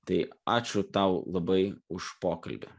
tai ačiū tau labai už pokalbį